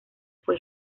fue